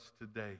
today